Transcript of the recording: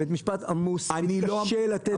בית המשפט עמוס וקשה לתת מענה.